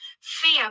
fear